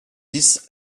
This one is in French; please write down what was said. dix